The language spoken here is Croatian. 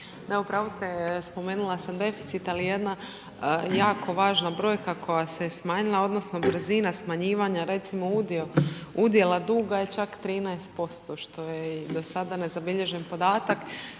pravu ste, spomenula sam deficit ali jedna jako važna brojka koja se smanjila odnosno brzina smanjivanja recimo udio udjela duga je čak 13% što je do sada nezabilježen podatak